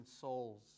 souls